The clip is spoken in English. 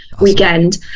weekend